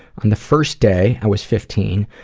on the first day, i was fifteen,